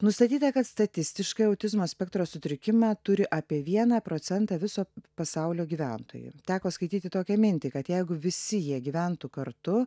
nustatyta kad statistiškai autizmo spektro sutrikimą turi apie vieną procentą viso pasaulio gyventojų teko skaityti tokią mintį kad jeigu visi jie gyventų kartu